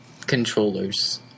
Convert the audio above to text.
controllers